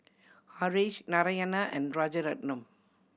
Haresh Narayana and Rajaratnam